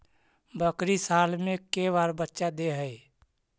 बकरी साल मे के बार बच्चा दे है?